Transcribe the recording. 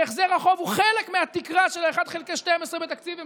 והחזר החוב הוא חלק מהתקרה של אחת חלקי 12 בתקציב המשכי,